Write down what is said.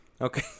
Okay